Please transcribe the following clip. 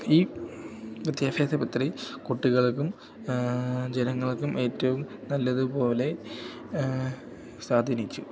ഈ വിദ്യാഭ്യാസ മന്ത്രി കുട്ടികൾക്കും ജനങ്ങൾക്കും ഏറ്റവും നല്ലതുപോലെ സ്വാധീനിച്ചു